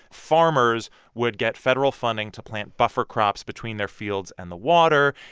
farmers would get federal funding to plant buffer crops between their fields and the water.